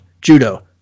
judo